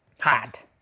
Hot